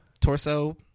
torso